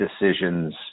decisions